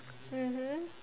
mmhmm